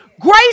Grace